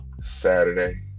Saturday